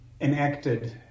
enacted